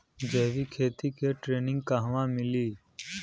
जैविक खेती के ट्रेनिग कहवा मिली?